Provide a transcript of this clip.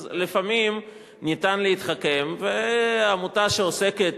אז, לפעמים ניתן להתחכם, ועמותה שעוסקת